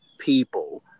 People